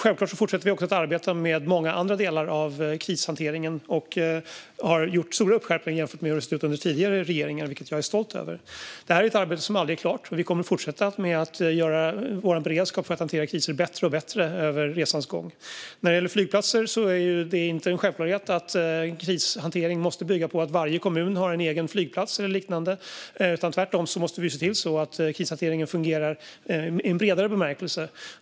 Självklart fortsätter vi också att arbeta med många andra delar av krishanteringen och har gjort stora skärpningar jämfört med hur det sett ut under tidigare regeringar, vilket jag är stolt över. Detta är ett arbete som aldrig blir klart. Vi kommer att fortsätta att göra vår beredskap att hantera kriser bättre och bättre under resans gång. När det gäller flygplatser är det inte en självklarhet att krishantering måste bygga på att varje kommun har en egen flygplats eller liknande. Tvärtom måste vi se till att krishanteringen fungerar i en bredare bemärkelse.